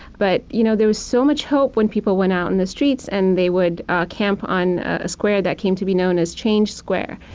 but you know there was so much hope when people went out in the streets. and they would camp on a square that came to be known as change square.